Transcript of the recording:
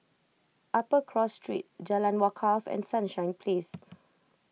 Upper Cross Street Jalan Wakaff and Sunshine Place